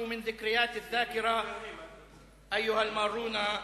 שמשרת בכנסת ומבזה את עם ישראל מעל הבמה הזאת.